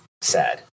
sad